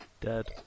Dead